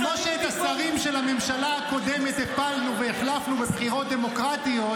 כמו שאת השרים של הממשלה הקודמת הפלנו והחלפנו בבחירות דמוקרטיות,